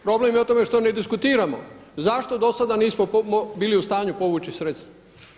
Problem je u tome što ne diskutiramo, zašto do sada nismo bili u stanju povući sredstva.